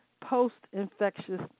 post-infectious